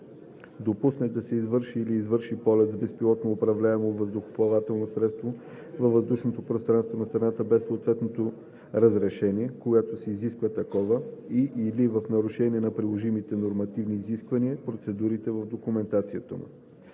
допусне да се извърши или извърши полет с безпилотно управляемо въздухоплавателно средство във въздушното пространство на страната без съответното разрешение, когато се изисква такова, и/или в нарушение на приложимите нормативни изисквания, процедурите в документацията му.“